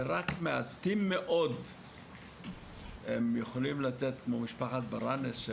ורק מעטים מאוד יכולים לצאת כמו משפחת ברנס.